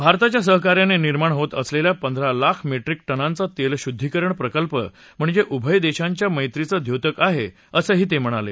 भारताच्या सहकार्यानं निर्माण होत असलेला पंधरा लाख मेट्रिक टनांचा तेलशुद्धीकरण प्रकल्प म्हणजे उभय देशांच्या मैत्रीचं द्योतक आहे असंही ते म्हणाले